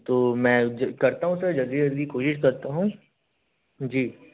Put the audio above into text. तो मैं ज करता हूँ सर जल्दी जल्दी कोशिश करता हूँ जी